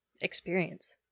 Experience